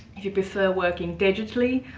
if you prefer working digitally,